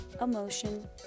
emotion